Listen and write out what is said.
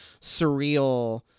Surreal